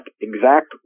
exact